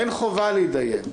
אין חובה להידיין.